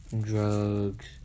drugs